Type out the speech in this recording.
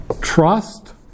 Trust